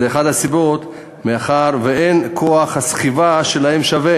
אחת הסיבות לה היא שאין כוח הסחיבה שלהם שווה